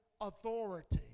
authority